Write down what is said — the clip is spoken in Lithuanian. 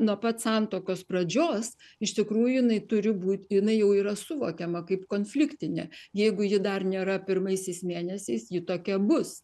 nuo pat santuokos pradžios iš tikrųjų jinai turi būt jinai jau yra suvokiama kaip konfliktinė jeigu ji dar nėra pirmaisiais mėnesiais ji tokia bus